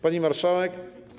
Pani Marszałek!